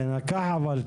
התחלתי לומר,